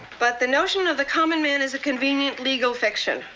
but the notion of the common man is a convenient legal fiction.